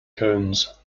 cones